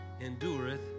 Endureth